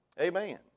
Amen